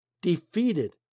defeated